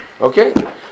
Okay